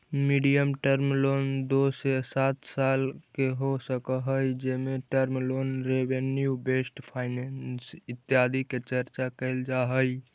medium term loan दो से सात साल के हो सकऽ हई जेमें term loan revenue based finance इत्यादि के चर्चा कैल जा हई